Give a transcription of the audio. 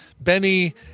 Benny